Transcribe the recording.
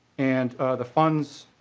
and the funds